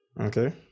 Okay